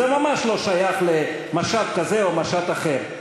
זה ממש לא שייך למשט כזה או משט אחר,